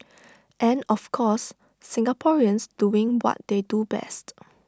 and of course Singaporeans doing what they do best